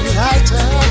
lighter